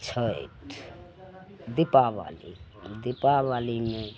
छैठ दीपावली दीपावलीमे